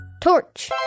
Torch